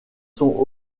sont